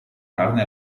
carne